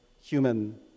human